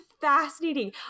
fascinating